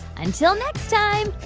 until next time,